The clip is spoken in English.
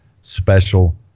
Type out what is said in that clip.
special